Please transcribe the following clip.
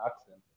accent